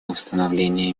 установления